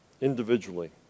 individually